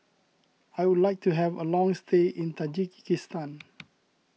I would like to have a long stay in Tajikistan